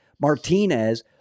Martinez